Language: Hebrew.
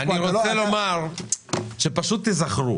אני רוצה לומר שפשוט תיזכרו